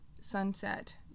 sunset